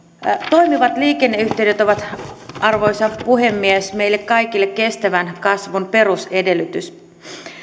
toimivat liikenneyhteydet ovat arvoisa puhemies meille kaikille kestävän kasvun perusedellytys